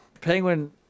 Penguin